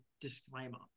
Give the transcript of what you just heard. disclaimer